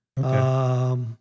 Okay